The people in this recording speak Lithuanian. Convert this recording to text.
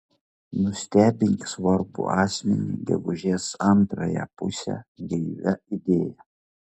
nustebink svarbų asmenį gegužės antrąją pusę gaivia idėja